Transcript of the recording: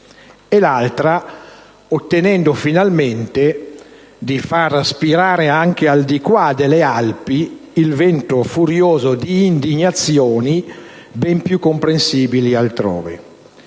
e, l'altra, ottenendo finalmente di far spirare anche al di qua delle Alpi il vento furioso di indignazioni ben più comprensibili altrove.